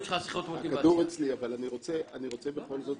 נקודה אחת